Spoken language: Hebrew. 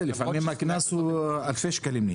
לפעמים הקנס הוא אלפי שקלים.